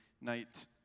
night